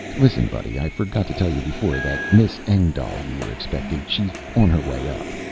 listen, buddy, i forgot to tell you before. that miss engdahl you were expecting, she's on her way up.